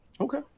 Okay